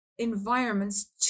Environments